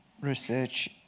research